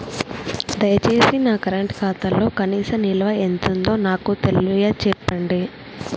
దయచేసి నా కరెంట్ ఖాతాలో కనీస నిల్వ ఎంతుందో నాకు తెలియచెప్పండి